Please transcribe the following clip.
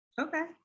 Okay